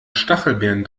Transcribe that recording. stachelbeeren